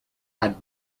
had